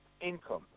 income